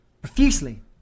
profusely